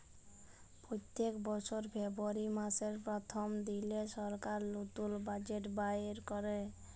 প্যত্তেক বসর ফেব্রুয়ারি মাসের পথ্থম দিলে সরকার লতুল বাজেট বাইর ক্যরে